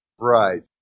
Right